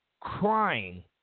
Crying